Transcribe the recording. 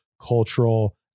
cultural